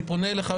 אני פונה אליך,